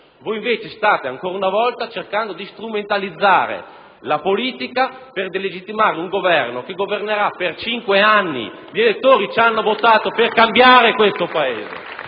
voi invece state ancora una volta cercando di strumentalizzare la politica per delegittimare un Governo che governerà per cinque anni. Gli elettori ci hanno votato per cambiare questo Paese